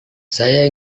saya